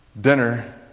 dinner